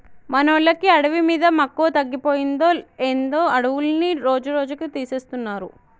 మనోళ్ళకి అడవి మీద మక్కువ తగ్గిపోయిందో ఏందో అడవులన్నీ రోజురోజుకీ తీసేస్తున్నారు